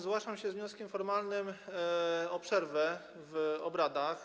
Zgłaszam się z wnioskiem formalnym o przerwę w obradach.